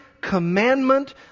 commandment